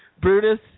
Brutus